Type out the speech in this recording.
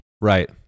Right